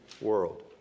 world